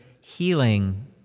healing